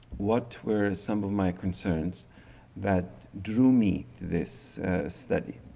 what were some of my concerns that drew me this study.